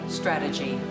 strategy